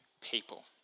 people